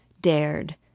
dared